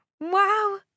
Wow